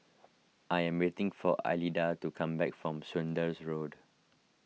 I am waiting for Alida to come back from Saunders Road